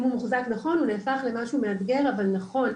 הוא מוחזק נכון הוא נהפך למשהו מאתגר אבל נכון,